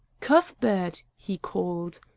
cuthbert! he called.